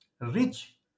rich